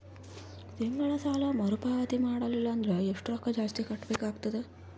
ತಿಂಗಳ ಸಾಲಾ ಮರು ಪಾವತಿ ಮಾಡಲಿಲ್ಲ ಅಂದರ ಎಷ್ಟ ರೊಕ್ಕ ಜಾಸ್ತಿ ಕಟ್ಟಬೇಕಾಗತದ?